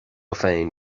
féin